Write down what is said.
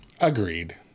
Agreed